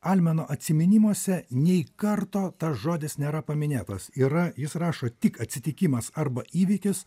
almeno atsiminimuose nei karto tas žodis nėra paminėtas yra jis rašo tik atsitikimas arba įvykis